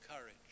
courage